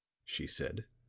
she said